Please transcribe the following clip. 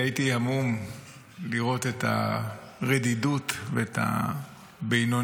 שהייתי המום לראות את הרדידות ואת הבינוניות.